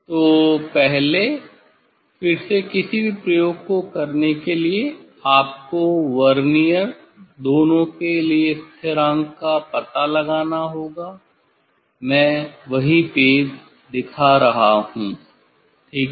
तो पहले फिर से किसी भी प्रयोग के लिए आपको वर्नियर दोनों के लिए स्थिरांक का पता लगाना होगा मैं वही पेज दिखा रहा हूं ठीक है